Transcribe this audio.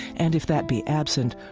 and if that be absent,